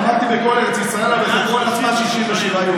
אמרתי: בכל ארץ ישראל, אבל בחברון עצמה 67 יהודים.